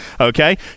Okay